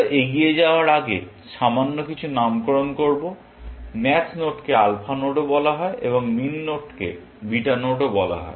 আমরা এগিয়ে যাওয়ার আগে সামান্য কিছু নামকরণ করবো ম্যাক্স নোডকে আলফা নোডও বলা হয় এবং মিন নোডকে বিটা নোডও বলা হয়